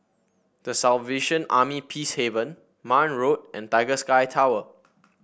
The Salvation Army Peacehaven Marne Road and Tiger Sky Tower